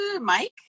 mike